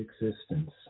existence